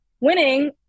winning –